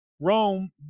Rome